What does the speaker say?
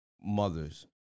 mothers